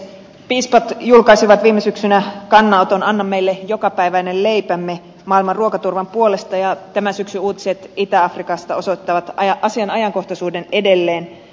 piispat julkaisivat viime syksynä kannanoton anna meille jokapäiväinen leipämme maailman ruokaturvan puolesta ja tämän syksyn uutiset itä afrikasta osoittavat asian ajankohtaisuuden edelleen